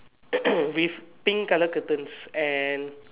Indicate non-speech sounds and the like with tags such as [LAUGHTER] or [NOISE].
[NOISE] with pink colour curtains and